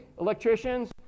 electricians